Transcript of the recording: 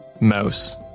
mouse